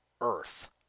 Earth